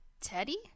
Teddy